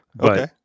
Okay